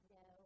no